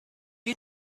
you